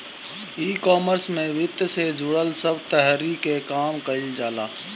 ecommerce में वित्त से जुड़ल सब तहरी के काम कईल जाला